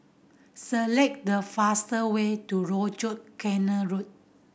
select the fastest way to Rochor Canal Road